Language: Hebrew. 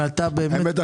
האמת,